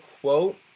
quote